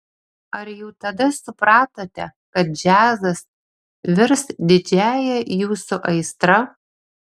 ar jau tada supratote kad džiazas virs didžiąja jūsų aistra